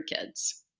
kids